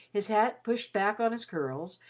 his hat pushed back on his curls,